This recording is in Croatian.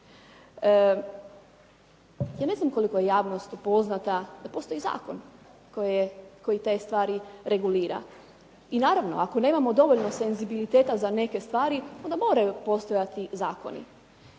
Ja ne znam koliko je javnost poznata da postoji zakon koji te stvari regulira. I naravno, ako nemamo dovoljno senzibiliteta za neke stvari onda moraju postojati zakoni.